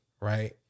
right